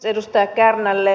edustaja kärnälle